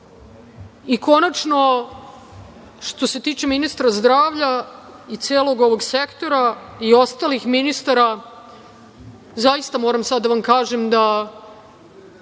senatore. Konačno, što se tiče ministra zdravlja i celog ovog sektora i ostalih ministara, zaista, moram sada da vam kažem da